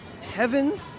Heaven